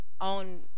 on